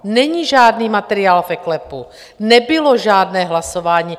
Není žádný materiál v eKLEPu, nebylo žádné hlasování.